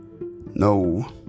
No